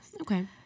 Okay